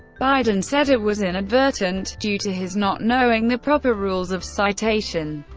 biden said it was inadvertent, due to his not knowing the proper rules of citation,